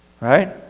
right